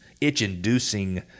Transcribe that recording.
itch-inducing